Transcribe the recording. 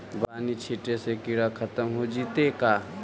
बानि छिटे से किड़ा खत्म हो जितै का?